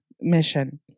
mission